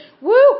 woo